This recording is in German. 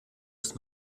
ist